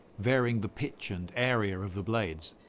varying the pitch and area of the blades.